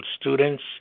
students